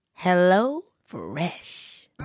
HelloFresh